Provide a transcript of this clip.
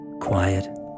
Quiet